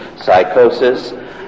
psychosis